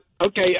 Okay